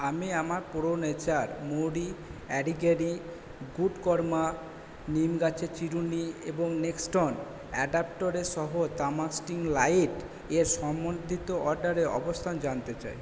আমি আমার pro nature মৌরি অরিগ্যামি গুড কর্মা নিম গাছের চিরুনি এবং লেক্সটন অ্যাডাপ্টারসহ তামার স্ট্রিং লাইটের সম্বন্ধিত অর্ডারের অবস্থান জানতে চাই